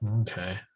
Okay